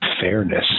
fairness